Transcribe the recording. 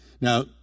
Now